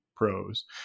pros